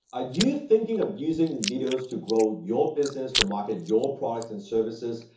ah you thinking of using videos to grow your business to market your products and services?